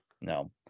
No